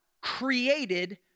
created